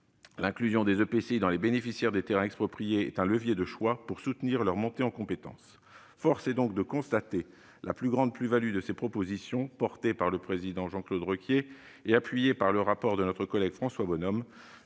l'inclusion des EPCI dans les bénéficiaires des terrains expropriés est un levier de choix pour soutenir leur montée en compétence. Force est donc de constater la grande plus-value de ces propositions portées par M. Jean-Claude Requier et appuyées par notre collègue rapporteur François Bonhomme.